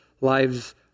lives